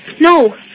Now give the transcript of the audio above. No